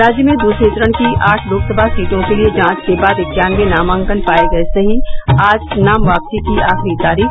राज्य में दूसरे चरण की आठ लोकसभा सीटों के लिए जांच के बाद इक्यानबे नामांकन पाये गये सही आज नाम वापसी की आखिरी तारीख